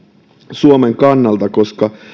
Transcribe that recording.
suomen kannalta koska